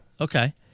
Okay